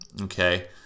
okay